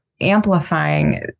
amplifying